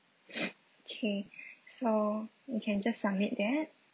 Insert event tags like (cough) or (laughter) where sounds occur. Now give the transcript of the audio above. (noise) okay so you can just submit that